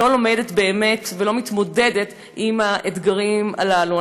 לא לומדת באמת ולא מתמודדת עם האתגרים הללו.